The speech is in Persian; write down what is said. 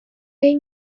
این